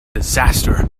disaster